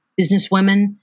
businesswomen